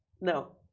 No